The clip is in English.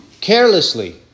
carelessly